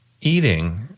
eating